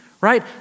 right